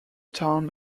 town